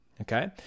okay